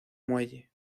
muelle